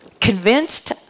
convinced